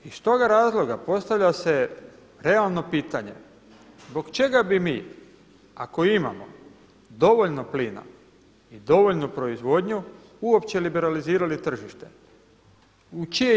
Iz toga razloga postavlja se realno pitanje zbog čega bi mi ako imamo dovoljno plina i dovoljnu proizvodnju uopće liberalizirali tržište, u čije ime.